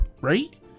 right